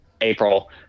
April